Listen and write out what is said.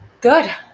Good